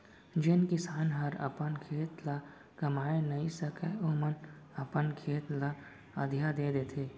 जेन किसान हर अपन खेत ल कमाए नइ सकय ओमन अपन खेत ल अधिया दे देथे